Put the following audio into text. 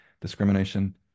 discrimination